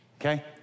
Okay